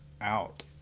out